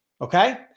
Okay